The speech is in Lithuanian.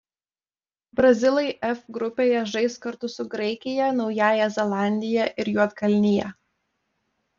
brazilai f grupėje žais kartu su graikija naująja zelandija ir juodkalnija